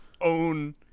own